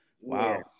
Wow